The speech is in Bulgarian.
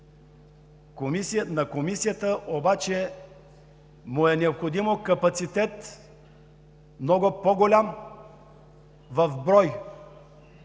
На Комисията обаче е необходим капацитет – много по-голям брой